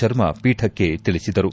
ಶರ್ಮಾ ಪೀಠಕ್ಕೆ ತಿಳಿಸಿದರು